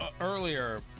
earlier